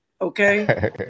Okay